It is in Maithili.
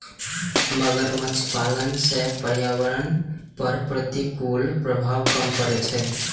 मगरमच्छ पालन सं पर्यावरण पर प्रतिकूल प्रभाव कम पड़ै छै